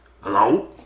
Hello